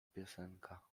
piosenka